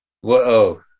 Whoa